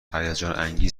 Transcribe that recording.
هیجانانگیز